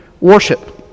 Worship